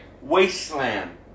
wasteland